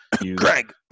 Greg